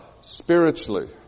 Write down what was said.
spiritually